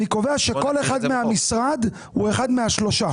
אני קובע שכל אחד מהמשרד הוא אחד מהשלושה.